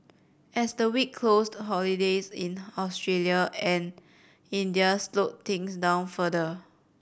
as the week closed holidays in Australia and India slowed things down further